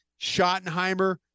Schottenheimer